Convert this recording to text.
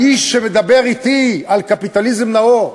האיש שמדבר אתי על קפיטליזם נאור,